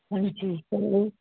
ਹਾਂਜੀ ਹੈਲੋ